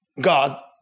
God